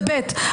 ודבר שני,